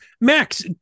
Max